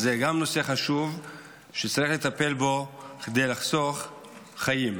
זה גם נושא חשוב שצריך לטפל בו כדי לחסוך חיים.